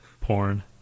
Porn